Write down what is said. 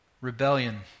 rebellion